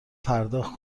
پرداخت